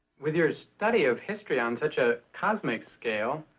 with your study of history on such a cosmic scale,